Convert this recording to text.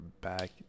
back